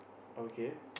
okay